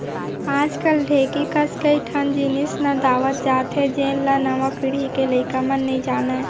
आज ढेंकी कस कई ठन जिनिस नंदावत जात हे जेन ल नवा पीढ़ी के लइका मन नइ जानयँ